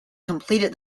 completed